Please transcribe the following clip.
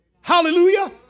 Hallelujah